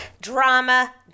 drama